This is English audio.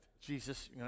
Jesus